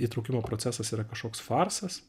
įtraukimo procesas yra kažkoks farsas